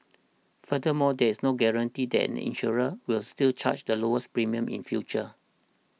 furthermore there is no guarantee that insurer will still charge the lowest premiums in future